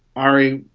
ari,